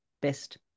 best